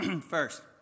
First